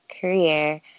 career